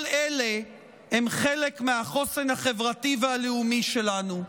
כל אלה הם חלק מהחוסן החברתי והלאומי שלנו.